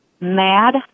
mad